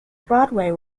broadway